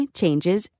changes